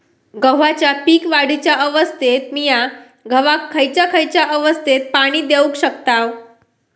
गव्हाच्या पीक वाढीच्या अवस्थेत मिया गव्हाक खैयचा खैयचा अवस्थेत पाणी देउक शकताव?